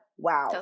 wow